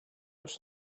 już